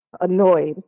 annoyed